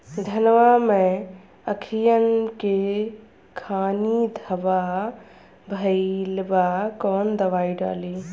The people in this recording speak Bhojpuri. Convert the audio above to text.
धनवा मै अखियन के खानि धबा भयीलबा कौन दवाई डाले?